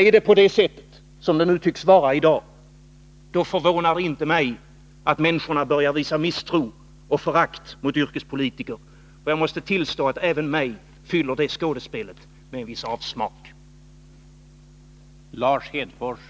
Är det på det sättet — som det nu i dag tycks vara — då förvånar det inte mig att människorna börjar visa misstro och förakt för yrkespolitiker. Även mig fyller det skådespelet med en viss avsmak, det måste jag tillstå.